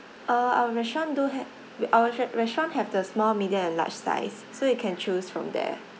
uh our restaurant do have our re~ restaurant have the small medium and large size so you can choose from there